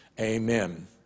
Amen